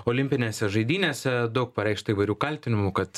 olimpinėse žaidynėse daug pareikšta įvairių kaltinimų kad